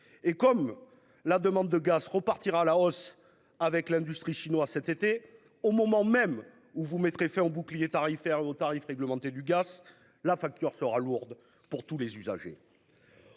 Et comme la demande de gaz repartira à la hausse avec l'industrie chinois cet été au moment même où vous mettrait fin au bouclier tarifaire aux tarifs réglementés du gaz. La facture sera lourde pour tous les usagers.